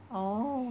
oh